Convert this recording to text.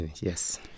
yes